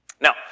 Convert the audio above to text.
Now